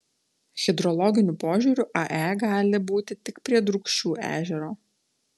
hidrologiniu požiūriu ae gali būti tik prie drūkšių ežero